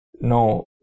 no